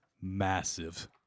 massive